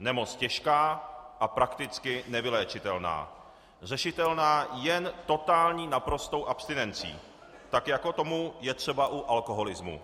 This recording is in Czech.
Nemoc těžká a prakticky nevyléčitelná, řešitelná jen totální, naprostou abstinencí, tak jako je tomu třeba u alkoholismu.